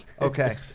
Okay